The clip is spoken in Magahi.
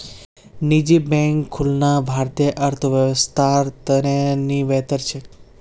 निजी बैंक खुलना भारतीय अर्थव्यवस्थार त न बेहतर छेक